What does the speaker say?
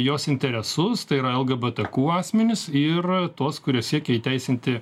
jos interesus tai yra lgbtq asmenis ir tuos kurie siekia įteisinti